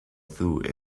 through